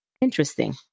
Interesting